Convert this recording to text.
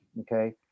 okay